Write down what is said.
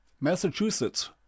Massachusetts